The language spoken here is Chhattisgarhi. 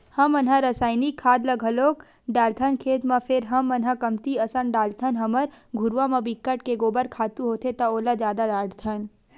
हमन ह रायसायनिक खाद ल घलोक डालथन खेत म फेर हमन ह कमती असन डालथन हमर घुरूवा म बिकट के गोबर खातू होथे त ओला जादा डारथन